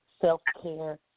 self-care